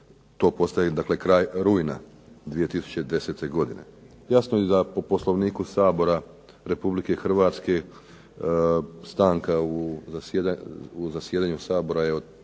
to postaje kraj rujna 2010. godine. Jasno je i da po Poslovniku Sabora RH stanka u zasjedanju Sabora je od 15.